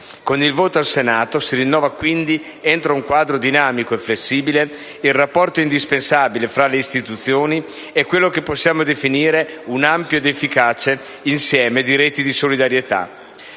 Con il voto del Senato, si rinnova quindi, entro un quadro dinamico e flessibile, il rapporto indispensabile fra le istituzioni e quello che possiamo definire un ampio ed efficace insieme di reti di solidarietà.